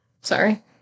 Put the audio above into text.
Sorry